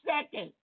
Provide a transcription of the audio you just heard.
second